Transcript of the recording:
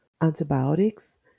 antibiotics